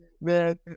man